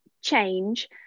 change